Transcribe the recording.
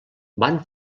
van